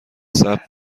ثبت